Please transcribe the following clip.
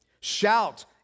Shout